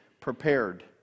prepared